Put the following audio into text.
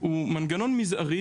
הוא מנגנון מזערי,